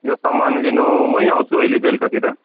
यो सामान लिनु मै आउँछु अहिले बेलुकातिर